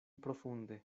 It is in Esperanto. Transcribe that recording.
profunde